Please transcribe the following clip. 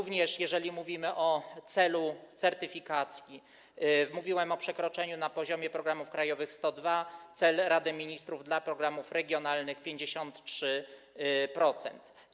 Podobnie jeżeli mówimy o celu certyfikacji - mówiłem o przekroczeniu na poziomie programów krajowych 102, cel Rady Ministrów dla programów regionalnych: 53%.